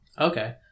Okay